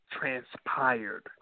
transpired